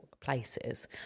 places